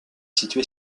située